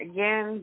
Again